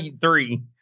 three